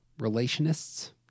relationists